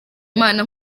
imana